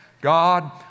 God